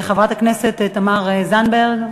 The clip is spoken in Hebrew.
חברת הכנסת תמר זנדברג,